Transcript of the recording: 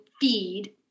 feed